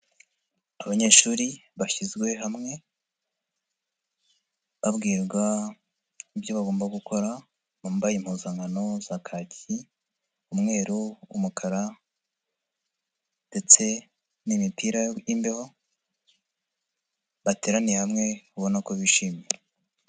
Abanyeshuri bashyizwe hamwe babwirwa ibyo bagomba gukora, bambaye impuzankano za kaki, umweru, umukara ndetse n'imipira y'imbeho, bateraniye hamwe ubona ko bishimye.